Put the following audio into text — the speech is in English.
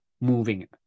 moving